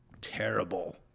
Terrible